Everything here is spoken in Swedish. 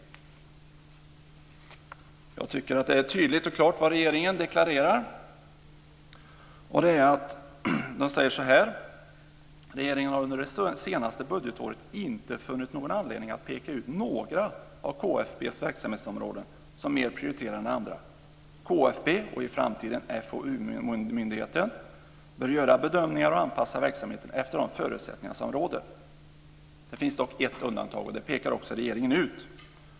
Jag tycker att det är tydligt och klart vad regeringen deklarerar. Den säger så här: Regeringen har under det senaste budgetåret inte funnit någon anledning att peka ut några av KFB:s verksamhetsområden som mer prioriterade än andra. KFB, och i framtiden FoU-myndigheten, bör göra bedömningar och anpassa verksamheten efter de förutsättningar som råder. Det finns dock ett undantag, och det pekar också regeringen ut.